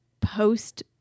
post